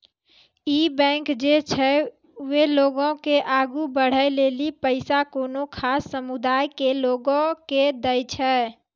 इ बैंक जे छै वें लोगो के आगु बढ़ै लेली पैसा कोनो खास समुदाय के लोगो के दै छै